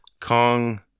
Kong